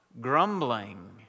grumbling